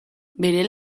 bere